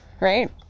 Right